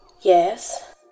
Yes